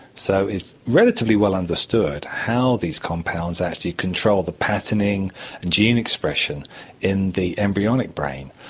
so it's relatively well understood how these compounds actually control the patterning and gene expression in the embryonic brain.